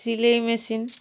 ସିଲାଇ ମେସିନ୍